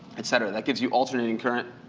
et cetera. that gives you alternating current.